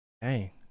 Hey